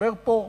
דיבר פה ברכה,